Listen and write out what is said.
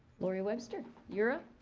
lori webster, you're up.